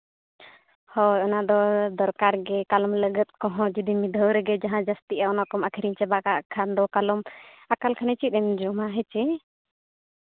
ᱦᱳᱭ ᱚᱱᱟᱫᱚ ᱫᱚᱨᱠᱟᱨᱜᱮ ᱠᱟᱞᱚᱢ ᱞᱟᱹᱜᱟᱫ ᱠᱚᱦᱚᱸ ᱡᱩᱫᱤ ᱢᱤᱫ ᱫᱷᱟᱣ ᱨᱮᱜᱮ ᱡᱟᱦᱟᱸ ᱡᱟᱹᱥᱛᱤᱜᱼᱟ ᱚᱱᱟᱠᱚᱢ ᱟᱹᱠᱷᱨᱤᱧ ᱪᱟᱵᱟᱠᱟᱫ ᱠᱷᱟᱱ ᱫᱚ ᱠᱟᱞᱚᱢ ᱟᱠᱟᱞ ᱠᱷᱟᱱᱮ ᱪᱮᱫ ᱮᱢ ᱡᱚᱢᱟ ᱦᱮᱸᱥᱮ